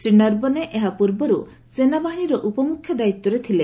ଶ୍ରୀ ନରବନେ ଏହା ପୂର୍ବରୁ ସେନାବାହିନୀର ଉପମୁଖ୍ୟ ଦାୟିତ୍ୱରେ ଥିଲେ